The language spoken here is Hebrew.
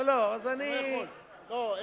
לא, לא, אז אני, אתה לא יכול, אין